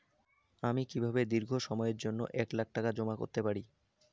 আমি কিভাবে দীর্ঘ সময়ের জন্য এক লাখ টাকা জমা করতে পারি?